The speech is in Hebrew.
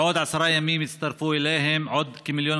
בעוד עשרה ימים יצטרפו אליהם עוד כ-1.5 מיליון